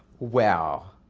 well,